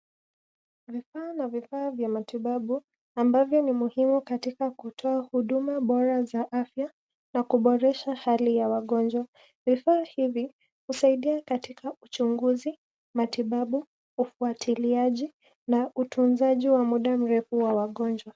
Vifaa na vifaa vya matibabu ambavyo ni muhimu katika kutoa huduma bora za afya na kuboresha hali ya wagonjwa. Vifaa hivi husaidia katika uchunguzi, matibabu, ufuatiliaji na utunzaji wa muda mrefu wa wagonjwa.